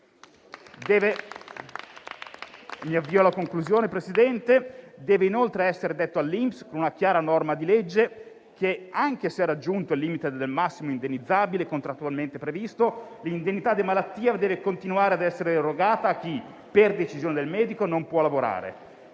Deve essere inoltre detto all'INPS, con un chiara norma di legge, che, anche se raggiunto il limite del massimo indennizzabile contrattualmente previsto, l'indennità di malattia deve continuare ad essere erogata a chi, per decisione del medico, non può lavorare.